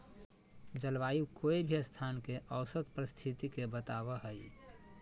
जलवायु कोय भी स्थान के औसत परिस्थिति के बताव हई